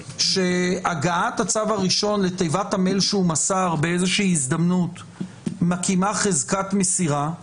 שהגעת הצו הראשון לתיבת המייל שהוא מסר באיזה הזדמנות מקימה חזקת מסירה,